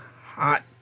hot